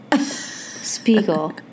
Spiegel